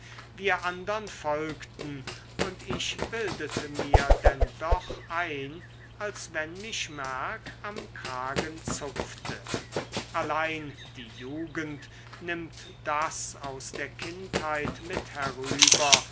wir andern folgten und ich bildete mir denn doch ein als wenn mich merck am kragen zupfte allein die jugend nimmt das aus der kindheit mit herüber